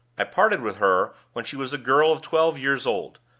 i parted with her when she was a girl of twelve years old.